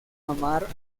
amar